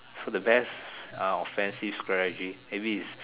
so the best uh offensive strategy maybe is